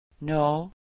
No